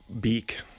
Beak